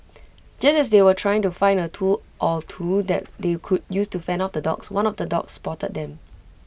just as they were trying to find A tool or two that they could use to fend off the dogs one of the dogs spotted them